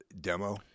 demo